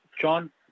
John